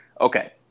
Okay